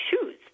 shoes